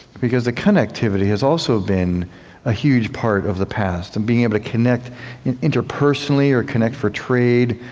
because the connectivity has also been a huge part of the past, and being able to connect interpersonally or connect for trade,